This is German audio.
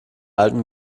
alten